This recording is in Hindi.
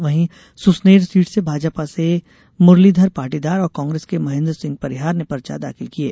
वहीं सुसनेर सीट से भाजपा से मुरलीधर पाटीदार और कांग्रेस के महेन्द्रसिंह परिहार ने पर्चा दाखिल किये